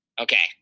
Okay